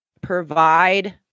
provide